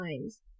times